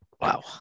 Wow